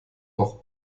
doch